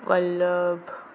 Vallabh